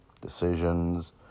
decisions